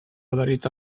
adherits